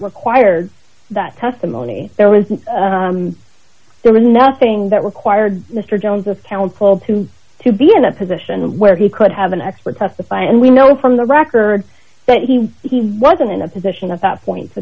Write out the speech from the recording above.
required that testimony there was no there was nothing that required mr jones of counsel to to be in a position where he could have an expert testify and we know from the records that he wasn't in a position at that point to